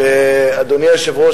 אדוני היושב-ראש,